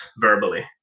verbally